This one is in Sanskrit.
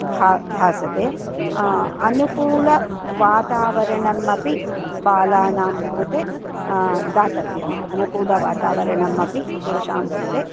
भा भासते अनुकूलं वातावरणम् अपि बालानां कृते दातव्यम् अनुकूलवातावरणमपि तेषां कृते